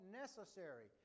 necessary